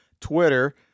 Twitter